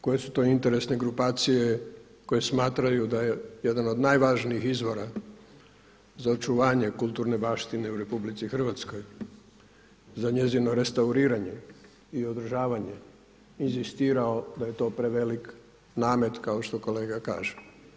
Koje su to interesne grupacije koje smatraju da je jedan od najvažnijih izvora za očuvanje kulturne baštine u RH za njezino restauriranje i održavanje inzistirao da je to prevelik namet kao što kolega kaže.